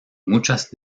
muchas